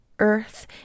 earth